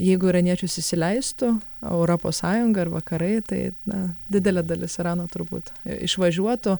jeigu iraniečius įsileistų europos sąjunga ir vakarai tai na didelė dalis irano turbūt išvažiuotų